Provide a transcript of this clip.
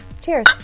Cheers